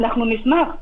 אנחנו נשמח.